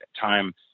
time